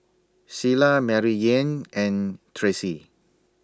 Cilla Maryanne and Tracee